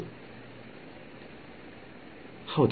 ಮೇಲ್ಮೈಯಲ್ಲಿ